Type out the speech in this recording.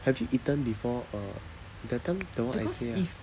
have you eaten before uh that time the what I say ah